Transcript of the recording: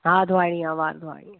हा धुआणी आहे वारु धुआणी आहे